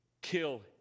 kill